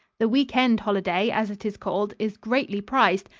the week-end holiday, as it is called, is greatly prized,